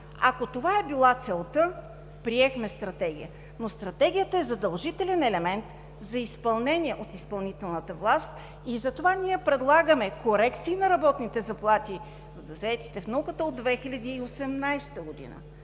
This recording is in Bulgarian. Ако това е била целта – приехме Стратегия, но Стратегията е задължителен елемент за изпълнение от изпълнителната власт и затова ние предлагаме корекции на работните заплати за заетите в науката от 2018 г.,